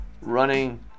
running